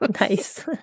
Nice